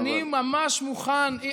אני ממש מוכן,